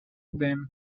them